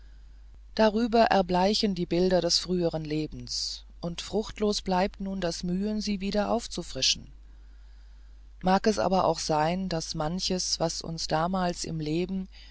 darüber erbleichten die bilder des früheren lebens und fruchtlos bleibt nun das mühen sie wieder aufzufrischen mag es aber auch sein daß manches was uns damals im leben